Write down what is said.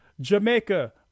Jamaica